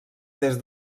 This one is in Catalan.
des